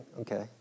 okay